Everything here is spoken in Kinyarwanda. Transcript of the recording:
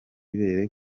ibere